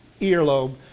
earlobe